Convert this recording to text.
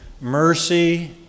mercy